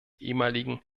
ehemaligen